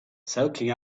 soaking